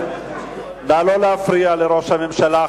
נא לא להפריע לראש הממשלה,